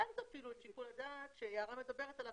שם תפעילו את שיקול הדעת שיערה מדברת עליו,